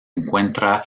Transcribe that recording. encuentra